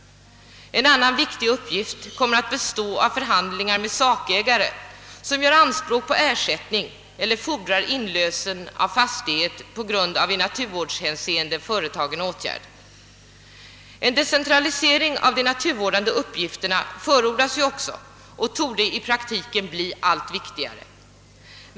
En annan viktig uppgift kommer att utgöras av förhandlingar med sakägare, som gör anspråk på ersättning eller fordrar inlösen av fastighet på grund av en i naturvårdshänseende företagen åtgärd. En decentralisering av de naturvårdande uppgifterna förordas också och torde i praktiken bli allt viktigare.